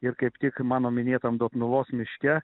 ir kaip tik mano minėtam dotnuvos miške